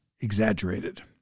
exaggerated